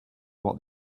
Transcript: what